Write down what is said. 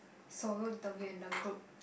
solo interview in a group